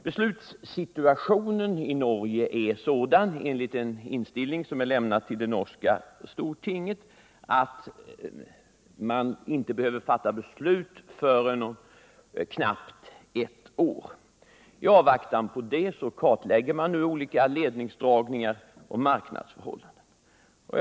Beslutssituationen i Norge är sådan, enligt en ”innstilling” som är lämnad till det norska stortinget, att beslut inte behöver fattas förrän om knappt ett år. I avvaktan på det kartläggs nu olika ledningsdragningar och marknadsförhållanden.